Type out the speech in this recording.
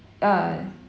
uh